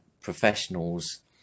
professionals